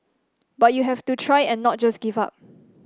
but you have to try and not just give up